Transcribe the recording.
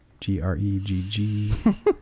G-R-E-G-G